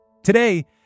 Today